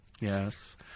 Yes